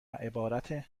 عبارت